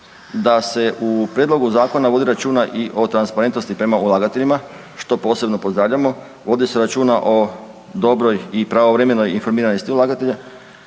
da se u prijedlogu zakona vodi računa i o transparentnosti prema ulagateljima, što posebno pozdravljamo, vodi se računa o dobroj i pravovremenoj informiranosti ulagatelja,